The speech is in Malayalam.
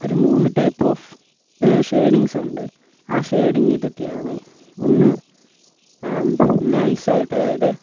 ഒരു മൂന്ന് ടൈപ്പ് ഓഫ് ഷെയ്ഡിങ്സ് ഉണ്ട് ആ ഷെയ്ഡിങ് ഇതൊക്കെയാണ് ഒന്ന് നൈസായിട്ട് അതായത്